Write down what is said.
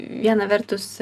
viena vertus